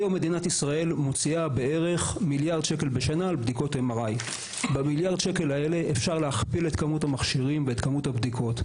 היום מדינת ישראל מוציאה בערך מיליארד שקלים בשנה על בדיקות MRI. במיליארד השקלים האלה אפשר להכפיל את כמות המכשירים ואת כמות הבדיקות.